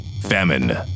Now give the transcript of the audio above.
Famine